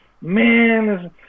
man